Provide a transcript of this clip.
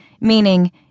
meaning